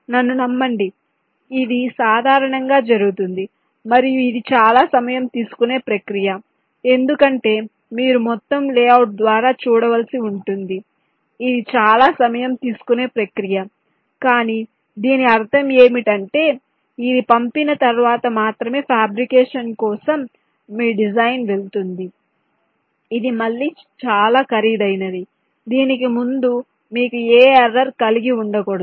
నన్ను నమ్మండి ఇది సాధారణంగా జరుగుతుంది మరియు ఇది చాలా సమయం తీసుకునే ప్రక్రియ ఎందుకంటే మీరు మొత్తం లేఅవుట్ ద్వారా చూడవలసి ఉంటుంది ఇది చాలా సమయం తీసుకునే ప్రక్రియ కానీ దీని అర్థం ఏమిటంటే ఇది పంపిన తర్వాత మాత్రమే ఫ్యాబ్రికేషన్ కోసం మీ డిజైన్ వెళ్తుంది ఇది మళ్ళీ చాలా ఖరీదైనది దీనికి ముందు మీకు ఏ ఎర్రర్ కలిగి ఉండకూడదు